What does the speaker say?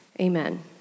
Amen